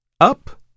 Up